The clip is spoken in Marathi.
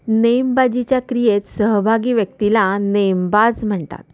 नेमबाजीच्या क्रियेत सहभागी व्यक्तीला नेमबाज म्हणतात